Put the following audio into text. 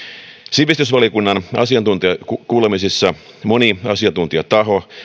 sivistysvaliokunnan asiantuntijakuulemisessa moni asiantuntijataho